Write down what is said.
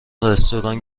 رستوران